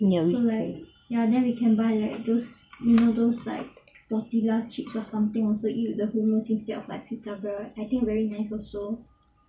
ya we can